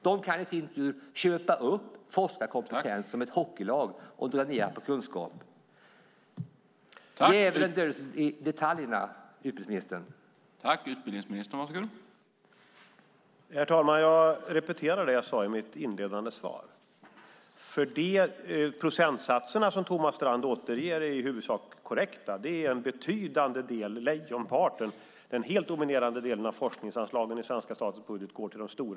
Dessa universitet kan, på samma sätt som ett hockeylag, i sin tur köpa upp forskarkompetens och dränera kunskap. Djävulen döljer sig i detaljerna, utbildningsministern.